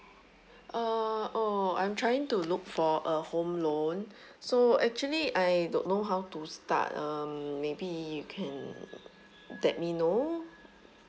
uh oh I'm trying to look for a home loan so actually I don't know how to start um maybe you can let me know